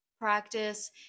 practice